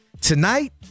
Tonight